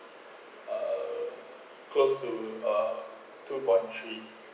uh close to uh two point three